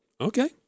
Okay